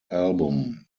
album